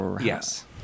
Yes